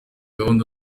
gahunda